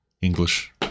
English